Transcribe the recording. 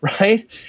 Right